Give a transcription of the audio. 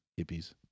hippies